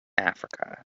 africa